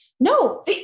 No